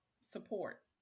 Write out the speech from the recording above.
support